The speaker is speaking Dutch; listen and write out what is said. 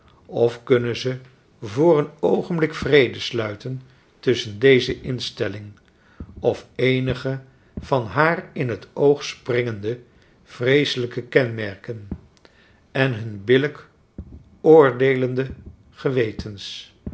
of kunnen ze voor een oogenblik vrede sluiten tusschen deze instelling of eenige van haar in t oog springende vreeselijke kenmerken en hun billijk oordeelende gewetens